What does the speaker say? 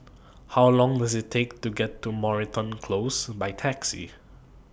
How Long Does IT Take to get to Moreton Close By Taxi